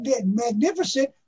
magnificent